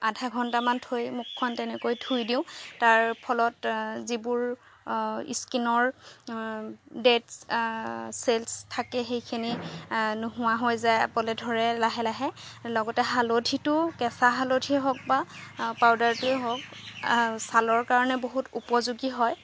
আধাঘণ্টামান থৈ মুখখন তেনেকৈ ধুই দিওঁ তাৰফলত যিবোৰ স্কিনৰ ডেদ চেলছ থাকে সেইখিনি নোহোৱা হৈ যাবলৈ ধৰে লাহে লাহে লগতে হালধিটো কেঁচা হালধিয়ে হওক বা পাউদাৰটোৱেই হওক ছালৰ কাৰণে বহুত উপযোগী হয়